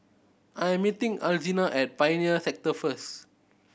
I am meeting Alzina at Pioneer Sector first